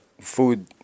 food